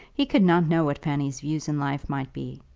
he could not know what fanny's views in life might be.